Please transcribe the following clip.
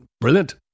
brilliant